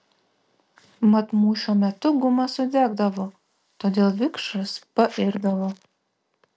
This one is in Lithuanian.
mat mūšio metu guma sudegdavo todėl vikšras pairdavo